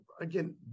again